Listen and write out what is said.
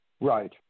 Right